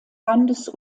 landes